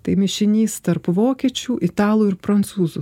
tai mišinys tarp vokiečių italų ir prancūzų